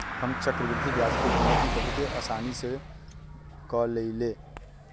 हम चक्रवृद्धि ब्याज के गिनति बहुते असानी से क लेईले